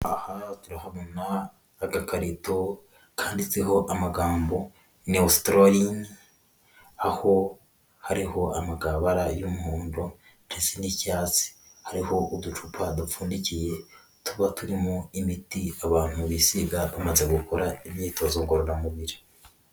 Aha turahorana agakarito kanditseho amagambo neustrorini, aho hariho amabara y'umuhondo, ndetse n'icyatsi. Hariho uducupa dupfundikiye, tuba turimo imiti y'ifu, abantu bisiga bamaze gukora imyitozo ngororamubiri.